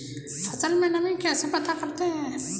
फसल में नमी कैसे पता करते हैं?